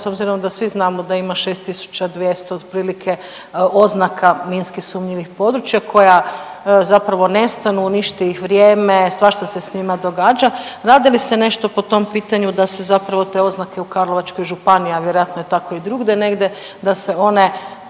s obzirom da svi znamo da ima 6.200 otprilike oznaka minski sumnjivih područja koja zapravo nestanu, uništi ih vrijeme, svašta se s njima događa, radi li se nešto po tom pitanju da se zapravo te oznake u Karlovačkoj županiji, a vjerojatno je tako i drugde negde da se one